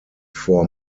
four